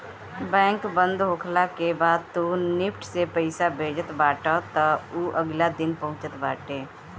bank बंद होखला के बाद तू निफ्ट से पईसा भेजत बाटअ तअ उ अगिला दिने पहुँचत बाटे